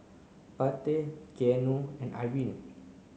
Pate Keanu and Irine